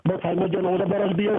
balsavimo dieną o dabar aš bijau